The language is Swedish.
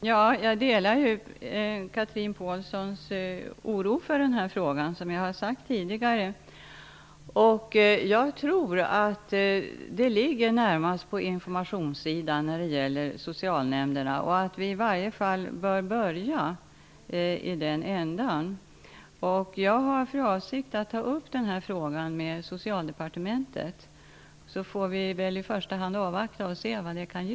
Herr talman! Jag delar Chatrine Pålssons oro för denna fråga; det har jag sagt tidigare. Och jag tror att problemet ligger närmast på informationssidan när det gäller socialnämnderna. Vi bör i varje fall börja i den ändan. Jag har för avsikt att ta upp denna fråga med Socialdepartementet. Låt oss i första hand avvakta utgången av det, för att se vad det kan ge!